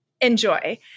enjoy